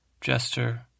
jester